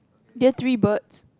get three birds